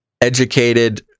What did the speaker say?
educated